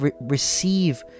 receive